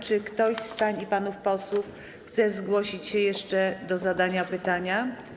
Czy ktoś z pań i panów posłów chce zgłosić się jeszcze do zadania pytania?